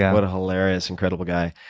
yeah what a hilarious, incredible guy.